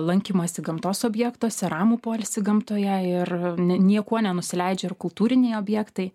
lankymąsi gamtos objektuose ramų poilsį gamtoje ir ni niekuo nenusileidžia ir kultūriniai objektai